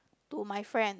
to my friend